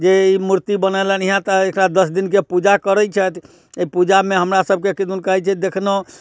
जे ई मूर्ति बनेलनि हँ तऽ एकरा दस दिनके पूजा करै छथि एहि पूजामे हमरासबके किदन कहै छै देखलहुँ